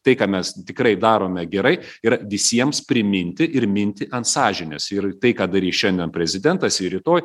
tai ką mes tikrai darome gerai yra visiems priminti ir minti ant sąžinės ir tai ką darys šiandien prezidentas ir rytoj